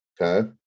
Okay